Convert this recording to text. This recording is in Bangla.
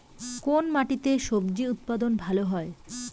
কোন মাটিতে স্বজি উৎপাদন ভালো হয়?